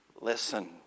Listen